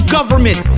Government